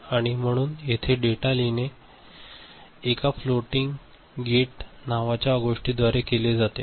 आणि म्हणून येथे डेटा लिहिणे एका फ्लोटिंग गेट नावाच्या गोष्टीद्वारे केले जाते